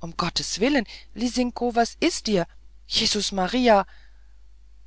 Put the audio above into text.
um gottes willen lisinko was ist dir jesus maria